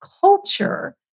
Culture